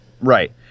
Right